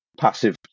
passive